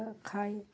অ খায়